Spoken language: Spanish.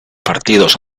partidos